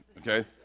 Okay